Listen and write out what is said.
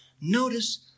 Notice